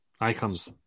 Icons